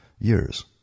years